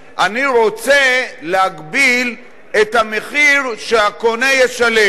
אני רוצה להגביל את המחיר שהקונה ישלם.